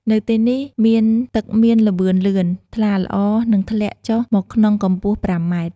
នៅទីនេះមានទឹកមានល្បឿនលឿន ថ្លាល្អ និងធ្លាក់ចុះមកក្នុងកំពស់ប្រាំម៉ែត្រ។